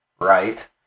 right